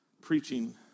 preaching